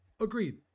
agreed